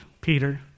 Peter